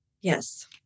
Yes